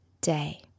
day